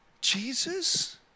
Jesus